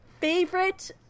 Favorite